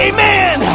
Amen